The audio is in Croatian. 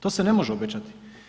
To se ne može obećati.